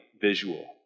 visual